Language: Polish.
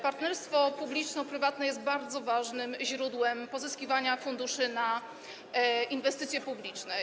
Partnerstwo publiczno-prywatne jest bardzo ważnym źródłem pozyskiwania funduszy na inwestycje publiczne.